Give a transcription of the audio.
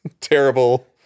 terrible